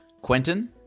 Quentin